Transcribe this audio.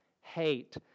hate